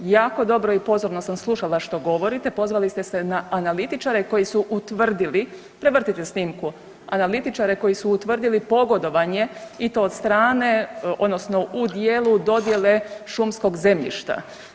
Jako dobro i pozorono sam slušala što govorite, pozvali ste se na analitičare koji su utvrdili, prevrtite snimku, analitičare koji su utvrdili pogodovanje i to od strane, odnosno u dijelu dodjele šumskog zemljišta.